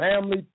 family